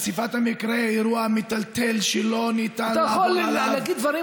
האמן לי,